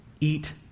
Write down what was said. eat